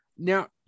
Now